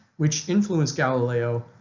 which influenced galileo,